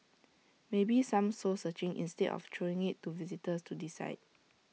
maybe some soul searching instead of throwing IT to visitors to decide